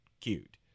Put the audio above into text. cute